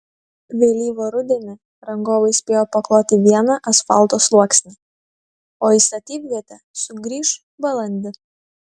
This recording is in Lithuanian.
vėlyvą rudenį rangovai spėjo pakloti vieną asfalto sluoksnį o į statybvietę sugrįš balandį